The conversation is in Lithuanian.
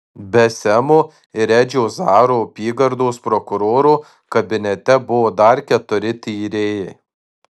be semo ir edžio zaro apygardos prokuroro kabinete buvo dar keturi tyrėjai